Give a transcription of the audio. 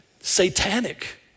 satanic